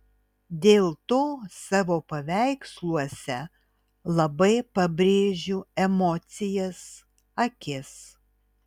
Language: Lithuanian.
dėl to savo paveiksluose labai pabrėžiu emocijas akis